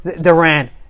Durant